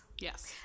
yes